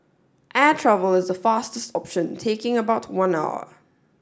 air travel is the fastest option taking about one hour